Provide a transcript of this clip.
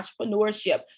entrepreneurship